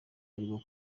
arimo